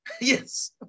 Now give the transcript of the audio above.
Yes